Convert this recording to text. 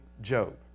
Job